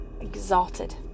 Exalted